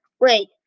Wait